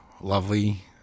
lovely